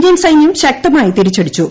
Indian സൈന്യം ശക്തമായി തിരിച്ചടിച്ചു